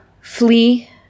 flee